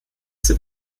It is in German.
sind